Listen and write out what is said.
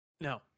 No